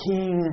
King